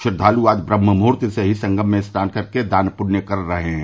श्रद्वालु आज ब्रम्हमुहूर्त से ही संगम में स्नान कर के दान पुण्य कर रहे हैं